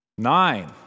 Nine